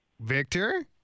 Victor